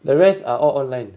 the rest are all online